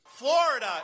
Florida